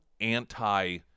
anti